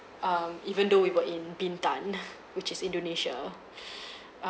um even though we were in bintan uh which is indonesia um